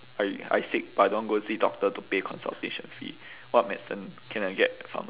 I I sick but I don't want go see doctor to pay consultation fee what medicine can I get pharma~